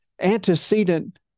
antecedent